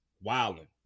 wilding